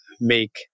make